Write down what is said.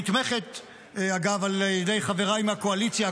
נתמכת על ידי חבריי מהקואליציה,